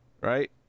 Right